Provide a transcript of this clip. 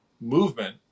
movement